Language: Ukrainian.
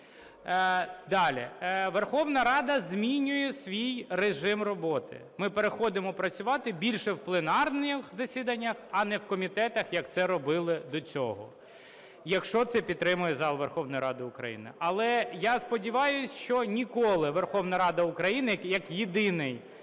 Далі. Верховна Рада змінює свій режим роботи. Ми переходимо працювати більше в пленарних засіданнях, а не в комітетах, як це робили до цього, якщо це підтримає зал Верховної Ради України. Але я сподіваюся, що ніколи Верховна Рада України як єдиний